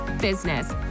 business